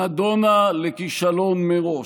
נידונה לכישלון מראש.